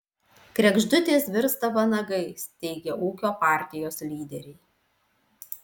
kregždutės virsta vanagais teigia ūkio partijos lyderiai